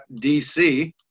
DC